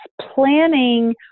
planning